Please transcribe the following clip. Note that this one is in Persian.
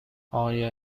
آیا